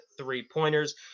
three-pointers